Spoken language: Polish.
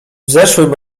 zeszłym